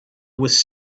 was